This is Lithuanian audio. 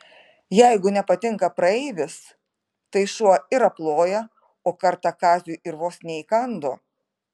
jeigu nepatinka praeivis tai šuo ir aploja o kartą kaziui ir vos neįkando